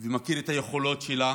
ומכיר את היכולות שלה